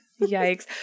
Yikes